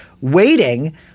waiting